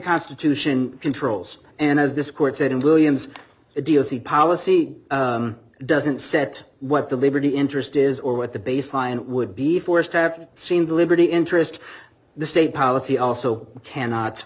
constitution controls and as this court said in williams idiocy policy doesn't set what the liberty interest is or what the baseline would be forced to have seen the liberty interest the state policy also cannot